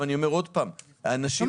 אבל אלו